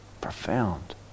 profound